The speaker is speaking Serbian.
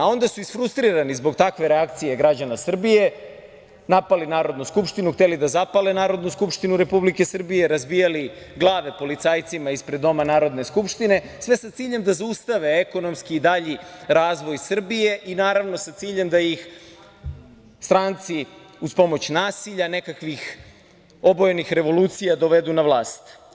Onda su isfrustrirani zbog takve reakcije građana Srbije napali Narodnu skupštinu, hteli da zapale Narodnu skupštinu Republike Srbije, razbijali glave policajcima ispred Doma Narodne skupštine, sve sa ciljem da zaustave ekonomski i dalji razvoj Srbije i, naravno, sa ciljem da ih stranci uz pomoć nasilja nekakvih obojenih revolucija dovedu na vlast.